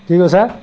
কি কৈছা